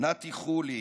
נתי חולי,